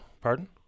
Pardon